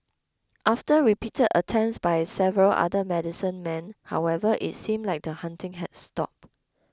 after repeated attempts by several other medicine men however it seemed like the haunting had stopped